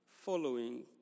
following